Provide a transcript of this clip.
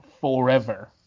forever